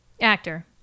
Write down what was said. Actor